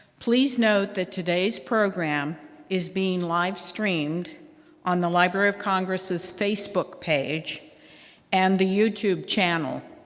please note that today's program is being live streamed on the library of congress's facebook page and the youtube channel,